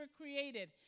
created